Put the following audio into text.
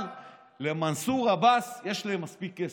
אבל למנסור עבאס יש להם מספיק כסף.